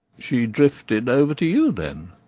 she drifted over to you, then?